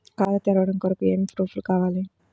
ఖాతా తెరవడం కొరకు ఏమి ప్రూఫ్లు కావాలి?